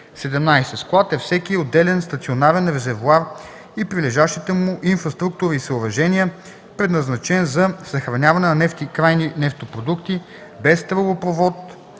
17. „Склад” е всеки отделен стационарен резервоар и прилежащите му инфраструктура и съоръжения, предназначен за съхраняване на нефт и крайни нефтопродукти, без тръбопровод,